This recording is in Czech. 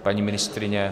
Paní ministryně?